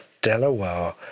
Delaware